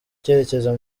icyerekezo